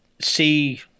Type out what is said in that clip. see